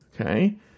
okay